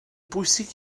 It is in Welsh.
bwysig